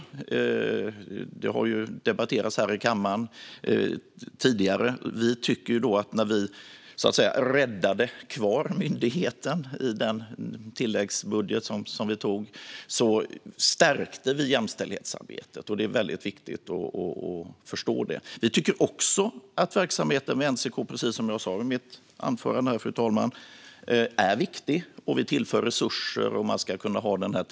Det har ju debatterats här i kammaren tidigare. Vi tycker att vi stärkte jämställdhetsarbetet när vi, så att säga, räddade kvar myndigheten i tilläggsbudgeten. Det är väldigt viktigt att förstå det. Fru talman! Precis som jag sa i mitt anförande tycker vi också att verksamheten vid NCK är viktig. Vi tillför resurser.